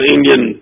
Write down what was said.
Indian